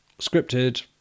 scripted